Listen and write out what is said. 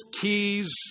keys